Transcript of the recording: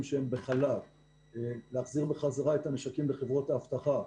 שהם בחל"ת שיחזירו בחזרה את הנשקים לחברות האבטחה,